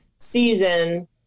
season